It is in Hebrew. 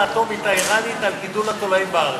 האטומית האיראנית על גידול התולעים בארץ.